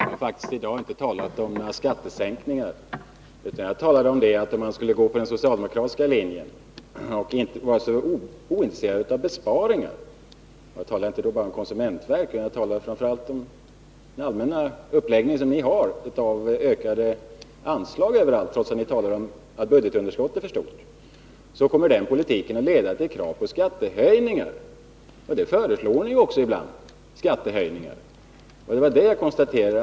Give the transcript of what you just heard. Herr talman! Jag har faktiskt i dag inte talat om några skattesänkningar. Jag sade bara att om man skulle gå på den socialdemokratiska linjen och vara så ointresserad av besparingar, skulle den politiken leda till krav på skattehöjningar. Jag syftade då inte bara på konsumentverket utan på den allmänna uppläggning ni har med ökade anslag överallt, trots att ni anser att budgetunderskottet är för stort. Och ni föreslår också ibland skattehöjningar. Det var det jag konstaterade.